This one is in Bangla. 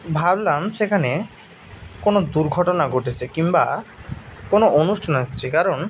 ভাবলাম সেখানে কোনো দুর্ঘটনা ঘটেছে কিম্বা কোনো অনুষ্ঠান হচ্ছে কারণ